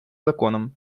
законом